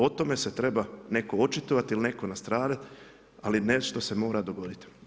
O tome se treba netko očitovati ili netko nastradati, ali nešto se mora dogoditi.